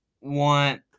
want